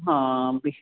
ਹਾਂ